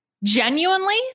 genuinely